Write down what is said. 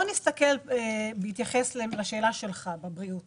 נסתכל על השאלה שלך בנושא הבריאות